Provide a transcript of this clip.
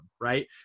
right